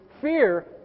fear